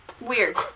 weird